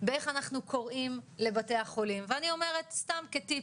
באיך אנחנו רואים לבתי החולים ואני אומרת סתם כטיפ,